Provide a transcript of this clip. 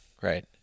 right